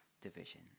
division